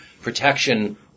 protection